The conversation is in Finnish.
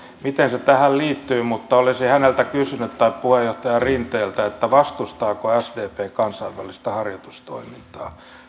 miten se tähän liittyy mutta olisin kysynyt häneltä tai puheenjohtaja rinteeltä vastustaako sdp kansainvälistä harjoitustoimintaa